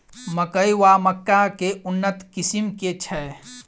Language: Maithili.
मकई वा मक्का केँ उन्नत किसिम केँ छैय?